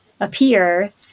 appear